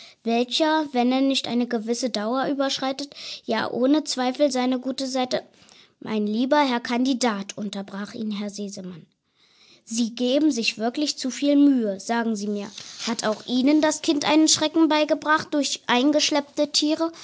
welcher wenn er nicht eine gewisse dauer überschreitet ja ohne zweifel seine gute seite mein lieber herr kandidat unterbrach hier herr sesemann sie geben sich wirklich zu viel mühe sagen sie mir hat auch ihnen das kind einen schrecken beigebracht durch eingeschleppte tiere